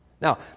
Now